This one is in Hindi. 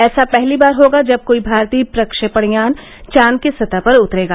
ऐसा पहली बार होगा जब कोई भारतीय प्रक्षेपण यान चांद की सतह पर उतरेगा